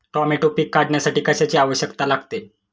Tomato पीक काढण्यासाठी कशाची आवश्यकता लागते?